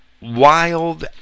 wild